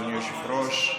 אדוני היושב-ראש.